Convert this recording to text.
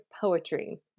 poetry